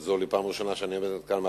כי זו לי הפעם הראשונה שאני עומד כאן על